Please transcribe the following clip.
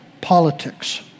Politics